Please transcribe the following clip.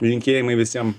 linkėjimai visiem